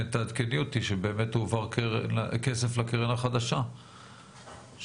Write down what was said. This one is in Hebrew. תעדכני אותי שבאמת הועבר כסף לקרן החדשה שהוקמה.